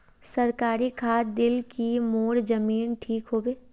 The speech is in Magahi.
सरकारी खाद दिल की मोर जमीन ठीक होबे?